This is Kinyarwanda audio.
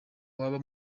waba